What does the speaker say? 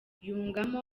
yungamo